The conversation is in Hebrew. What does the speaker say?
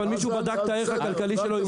אבל מישהו בדק את הערך הכלכלי שלו,